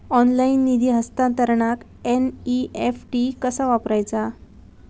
Online निधी हस्तांतरणाक NEFT कसा वापरायचा?